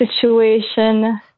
situation